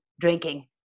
drinking